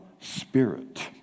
spirit